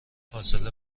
فاصله